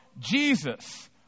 jesus